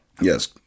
Yes